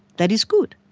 that is good.